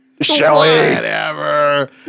Shelly